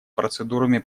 процедурами